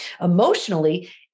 Emotionally